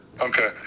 Okay